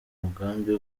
umugambi